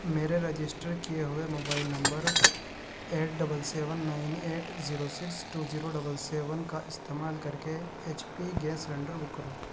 میرے رجسٹر کیے ہوئے mobile number eight double seven nine eight zero six two zero double seven کا استعمال کر کے H P gas cylinder book کرو